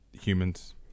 humans